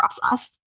process